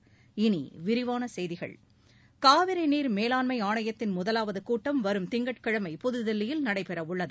இனி விரிவான செய்திகள் காவிரி நீர் மேலாண்மை ஆணையத்தின் முதலாவது கூட்டம் வரும் திங்கட்கிழமை புதுதில்லியில் நடைபெற உள்ளது